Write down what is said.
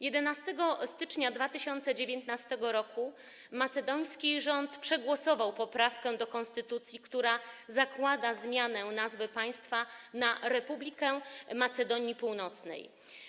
11 stycznia 2019 r. macedoński rząd przegłosował poprawkę do konstytucji, która zakłada zmianę nazwy państwa na „Republika Macedonii Północnej”